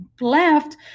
left